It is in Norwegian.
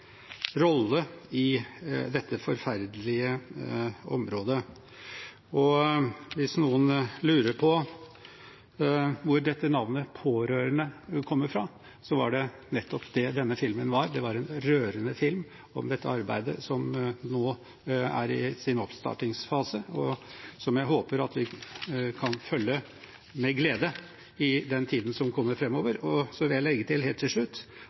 rolle på dette forferdelige området. Hvis noen lurer på hvor dette ordet «pårørende» kommer fra, var det nettopp det denne filmen var – det var en rørende film om dette arbeidet som nå er i sin oppstartsfase, og som jeg håper at vi kan følge med glede i tiden som kommer framover. Så vil jeg legge til helt til slutt